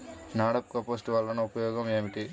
NADEP compost వలన ఉపయోగం ఏమిటి?